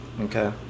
Okay